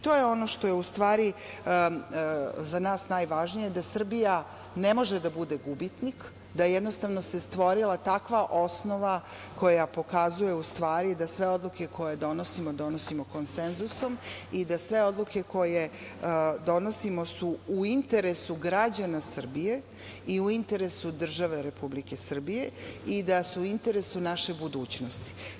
To je ono što je za nas najvažnije, da Srbija ne može da bude gubitnik, da se stvorila takva osnova koja pokazuje da sve odluke koje donosimo, donosimo konsenzusom i da sve odluke koje donosimo su u interesu građana Srbije i u interesu države Republike Srbije i da su interesu naše budućnosti.